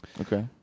Okay